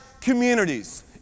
communities